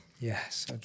Yes